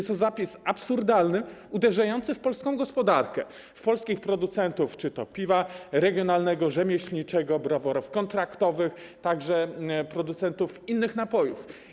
To zapis absurdalny, uderzający w polską gospodarkę, w polskich producentów czy to piwa regionalnego, rzemieślniczego, browarów kontraktowych, czy też innych napojów.